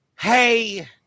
hey